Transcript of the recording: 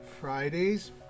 Fridays